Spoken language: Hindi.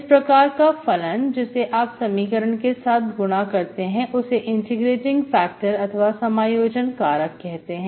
इस प्रकार का फलन जिसे आप समीकरण के साथ गुणा करते हैं उससे इंटीग्रेटिंग फैक्टर अथवा समायोजन कारक कहते हैं